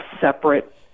separate